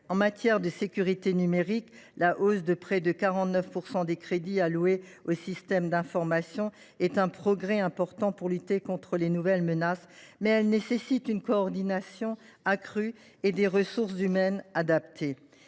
En matière de sécurité numérique, la hausse de près de 49 % des crédits destinés aux systèmes d’information est un progrès important pour lutter contre les nouvelles menaces, mais une coordination accrue et des ressources humaines adaptées